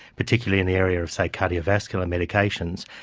particularly in the area of, say, cardiovascular medications,